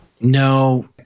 No